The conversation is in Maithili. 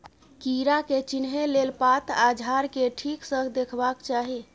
कीड़ा के चिन्हे लेल पात आ झाड़ केँ ठीक सँ देखबाक चाहीं